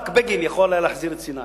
רק בגין יכול היה להחזיר את סיני.